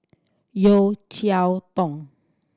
Yeo Cheow Tong